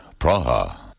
Praha